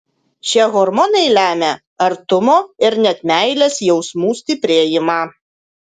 šie hormonai lemia artumo ir net meilės jausmų stiprėjimą